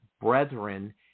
brethren